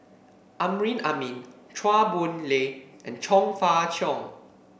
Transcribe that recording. Amrin Amin Chua Boon Lay and Chong Fah Cheong